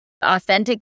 authentic